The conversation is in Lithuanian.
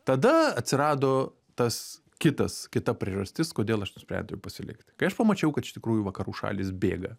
tada atsirado tas kitas kita priežastis kodėl aš nusprendžiau pasilikti kai aš pamačiau kad iš tikrųjų vakarų šalys bėga